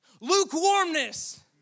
lukewarmness